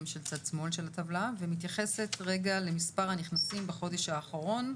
של צד שמאל של הטבלה ומתייחסת רגע למספר הנכנסים בחודש האחרון,